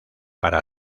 para